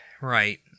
Right